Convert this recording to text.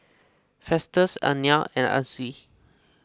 Festus oneal and Ansley